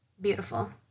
beautiful